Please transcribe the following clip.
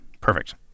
perfect